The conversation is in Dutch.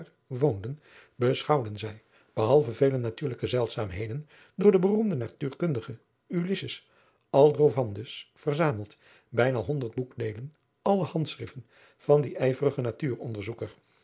woonden beschouwden zij behalve vele natuurlijke zeldzaamheden door den beroemden natuurkundige ulisses aldrovandus verzameld bijna honderd boekdeelen alle handschriften van dien ijverigen natuuronderzoeker